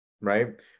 right